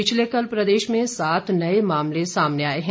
पिछले कल प्रदेश में सात नए मामले सामने आए हैं